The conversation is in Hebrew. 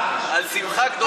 על שמחה גדולה,